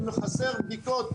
אם יהיו חסרות בדיקות,